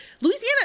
Louisiana